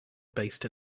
based